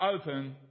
open